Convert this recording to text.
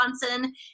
Wisconsin